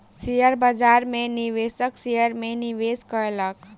share बाजार में निवेशक शेयर में निवेश कयलक